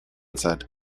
said